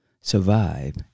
survive